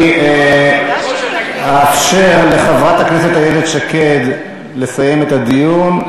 אני אאפשר לחברת הכנסת איילת שקד לסיים את הדיון.